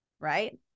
Right